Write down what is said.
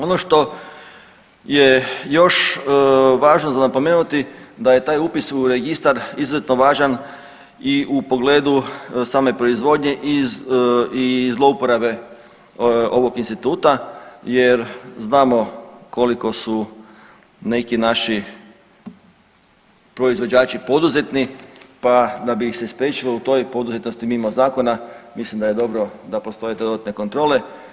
Ono što je još važno za napomenuti da je taj upis u registar izuzetno važan i u pogledu same proizvodnje i zloupotrebe ovog instituta jer znamo koliko su neki naši proizvođači poduzetni pa da bi ih se spriječilo u toj poduzetnosti mimo zakona mislim da je dobro da postoje dodatne kontrole.